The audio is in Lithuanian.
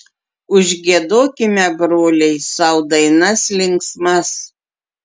užgiedokime broliai sau dainas linksmas